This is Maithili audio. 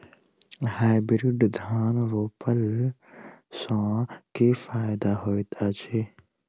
हाइब्रिड धान रोपला सँ की फायदा होइत अछि?